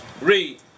read